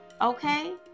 okay